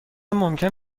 ممکن